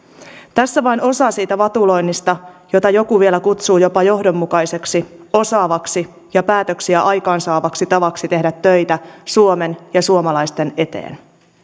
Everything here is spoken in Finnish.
tässä vain osa siitä vatuloinnista jota joku vielä kutsuu jopa johdonmukaiseksi osaavaksi ja päätöksiä aikaansaavaksi tavaksi tehdä töitä suomen ja suomalaisten eteen